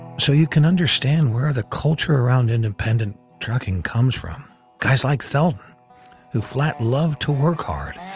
so you can understand where the culture around independent trucking comes from guys like theldon who flat loved to work hard,